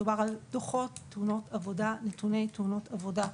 מדובר על דוחות ונתונים בנוגע לתאונות עבודה.